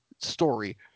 story